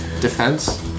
defense